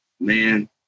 man